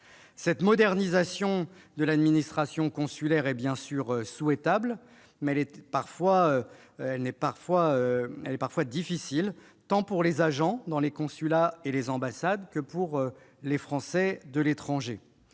Cette modernisation de l'administration consulaire est évidemment souhaitable, mais elle est parfois difficile tant pour les agents dans les consulats et les ambassades que pour les Français de l'étranger.